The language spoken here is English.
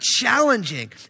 challenging